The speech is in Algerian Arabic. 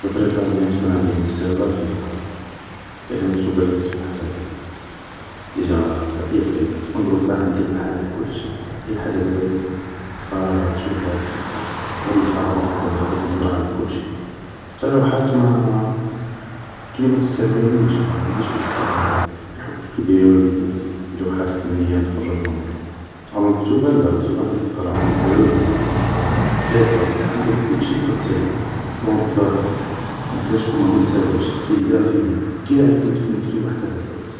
جو بريفار بيان تكون عندي مكتبة فيها, فيها قاع الكتوبة اللي نكتبو حتى هاد الوقت, ديجا هادي هي الفايدة, تكون عندك دروك لمحة على كل شيء, أي حاجة تبغي تقراها تشوفها تسمعها غدي تلقاها في هداك الكتاب, يعطيك نضرة على كل شيئ, بصح لوحات كلي ما تستهوينيش انا ما عنديش هديك الحب الكبير للوحات الفنية نتفرجهم ولا, الور كتوبا لا, كتوبا عندك تقرا, عندك العلوم عندك قصص, عندك كلشي تقد تصيبه, دونك ماكانش كيما مكتبة شخصية فيها ثاع الكتب المكتوبة حتى لهاد الوقت